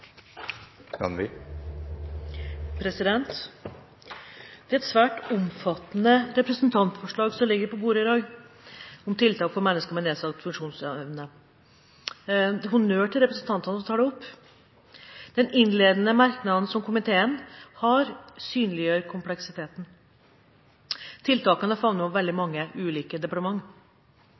Det er svært omfattende representantforslag om mennesker med nedsatt funksjonsevne som ligger på bordet i dag. Jeg vil gi honnør til representantene som tar dem opp. Den innledende merknaden komiteen har, synliggjør kompleksiteten. Tiltakene favner over veldig mange ulike